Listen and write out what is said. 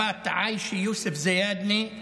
הבת עאישה יוסף זיאדנה,